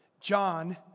John